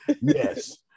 Yes